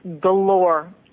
galore